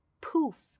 poof